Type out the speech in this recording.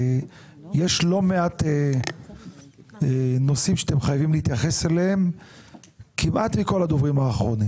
יש לא מעט נושאים שהועלו על ידי כמעט כל הדוברים האחרונים